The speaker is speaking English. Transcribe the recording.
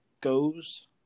goes